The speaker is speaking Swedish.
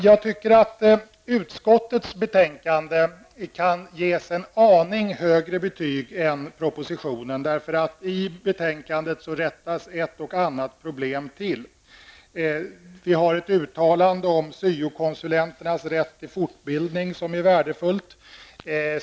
Jag tycker att utskottets betänkande kan ges en aning högre betyg än propositionen. I betänkandet rättas ett och annat problem till. Det finns ett uttalande om syokonsulenternas rätt till fortbildning som är värdefullt.